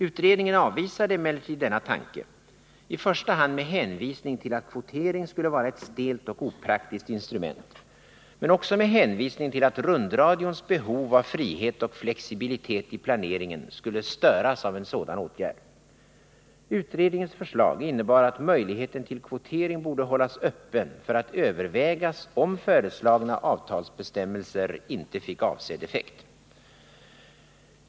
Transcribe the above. Utredningen avvisade emellertid denna tanke, i första hand med hänvisning till att kvotering skulle vara ett stelt och opraktiskt instrument, men också med hänvisning till att rundradions behov av frihet och flexibilitet i planeringen skulle störas av en sådan åtgärd. Utredningens förslag innebar att möjligheten till kvotering borde hållas öppen för att övervägas om föreslagna avtalsbestämmelser inte fick avsedd effekt.